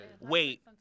wait